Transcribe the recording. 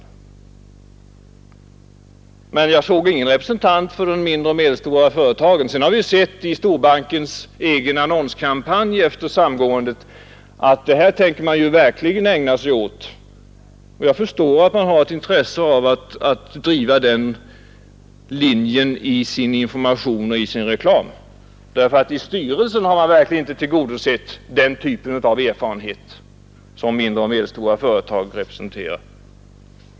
Men jag kunde inte finna någon representant i styrelsen för den mindre och medelstora företagsamheten. Vi har vidare sett i storbankens egen annonskampanj efter samgåendet att man verkligen tänker ägna sig åt den mindre och medelstora företagsamheten. Jag förstår att man har ett intresse av att driva denna linje i sin information och i sin reklam, ty i styrelsen har man inte lyckats få med någon företrädare för den typ av erfarenhet som mindre och medelstora företag representerar.